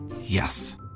Yes